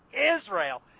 Israel